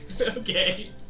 Okay